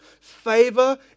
Favor